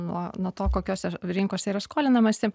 nuo nuo to kokiose rinkose yra skolinamasi